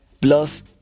plus